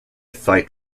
fight